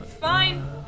Fine